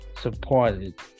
supported